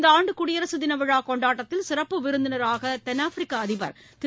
இந்த ஆண்டு குடியரசு தினவிழா கொண்டாட்டத்தில் சிறப்பு விருந்தினராக தென்னாப்பிரிக்க அதிபர் திரு